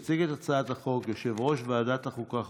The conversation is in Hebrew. יציג את הצעת החוק יושב-ראש ועדת החוקה,